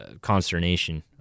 consternation